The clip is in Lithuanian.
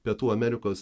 pietų amerikos